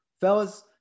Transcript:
Fellas